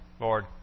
Lord